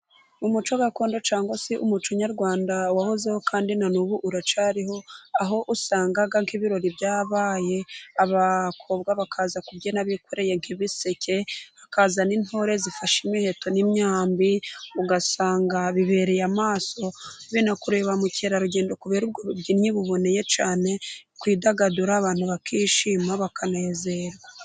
Umuco gakondo cyangwa se umuco nyarwanda wahozeho kandi na nubu uracyariho, aho usanga nk'ibirori byabaye abakobwa bakaza kubyina bikoreye nk'ibiseke, hakaza n'intore zifashe imiheto n'imyambi ugasanga bibereye amaso, binakuruye ba mukerarugendo kubera ubwo bubyinnyi buboneye cyane, kwidagadura abantu bakishima bakanezererwa.